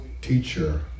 teacher